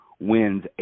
wins